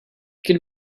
could